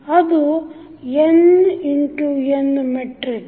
ಅದು n×n matrix